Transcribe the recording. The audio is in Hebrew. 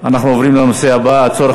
אנחנו עוברים לנושא הבא: הצורך